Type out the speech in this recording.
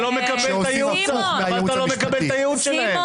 אתה לא מקבל את הייעוץ שלהם.